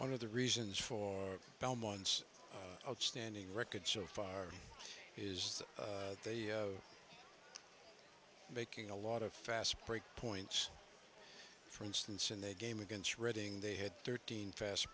one of the reasons for belmont's outstanding record so far is that they are making a lot of fast break points for instance in the game against reading they had thirteen fast